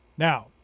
Now